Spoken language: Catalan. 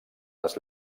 les